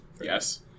Yes